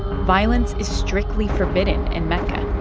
violence is strictly forbidden in mecca.